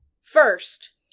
First